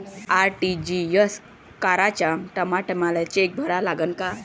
RTGS कराच्या टायमाले cheque भरा लागन का?